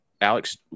Alex